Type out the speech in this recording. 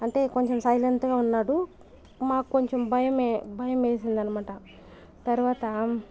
అంటే కొంచం సైలెంట్గా ఉన్నాడు మాకు కొంచం భయమే భయమేసింది అనమాట తర్వాత